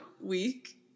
week